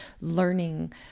learning